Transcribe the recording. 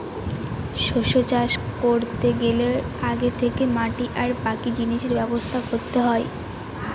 শস্য চাষ করতে গেলে আগে থেকে মাটি আর বাকি জিনিসের ব্যবস্থা করতে হয়